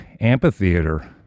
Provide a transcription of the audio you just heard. amphitheater